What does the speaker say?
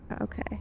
Okay